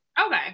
Okay